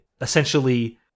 essentially